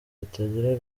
bitagira